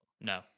No